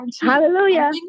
Hallelujah